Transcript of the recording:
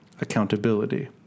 accountability